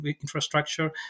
infrastructure